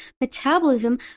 metabolism